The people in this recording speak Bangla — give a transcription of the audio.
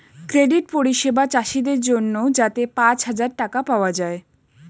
ক্রেডিট পরিষেবা চাষীদের জন্যে যাতে পাঁচ হাজার টাকা পাওয়া যায়